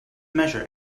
measure